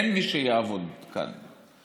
אין מי שיעבוד כאן.